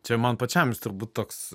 čia man pačiam turbūt toks